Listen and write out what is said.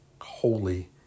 holy